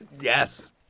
Yes